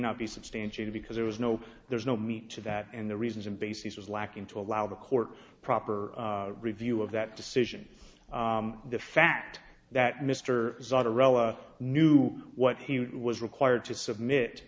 not be substantiated because there was no there's no meat to that in the reasons and bases was lacking to allow the court proper review of that decision the fact that mr zarrella knew what he was required to submit